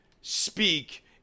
speak